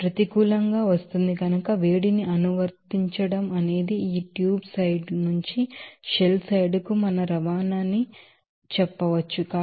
ఇది ప్రతికూలంగా వస్తోంది కనుక వేడిని అనువర్తించడం అనేది ఈ ట్యూబ్ సైడ్ నుంచి షెల్ సైడ్ కు మన రవాణా అని చెప్పవచ్చు